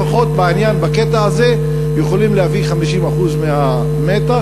לפחות בקטע הזה יכולים להוריד 50% מהמתח,